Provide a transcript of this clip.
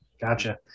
Gotcha